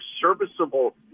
serviceable